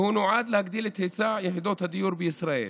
והוא נועד להגדיל את היצע יחידות הדיור בישראל.